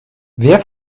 wer